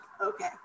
Okay